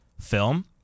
film